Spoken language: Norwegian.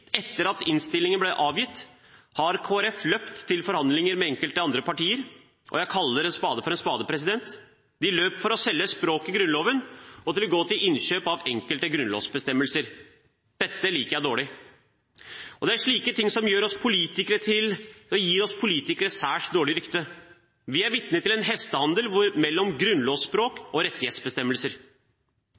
etter at innstilingen ble avgitt, har Kristelig Folkeparti løpt til forhandlinger med enkelte andre partiet. Jeg kaller en spade for en spade. De løp for å selge språket i Grunnloven og gå til innkjøp av enkelte grunnlovsbestemmelser. Dette liker jeg dårlig. Det er slike ting som gir oss politikere et særs dårlig rykte. Vi er vitne til en hestehandel mellom grunnlovsspråk og rettighetsbestemmelser.